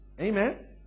Amen